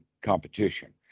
competition